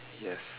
yes